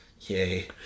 yay